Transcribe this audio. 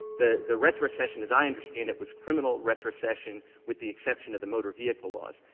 the the retrocession, as i understand it, was criminal retrocession with the exception of the motor vehicle laws.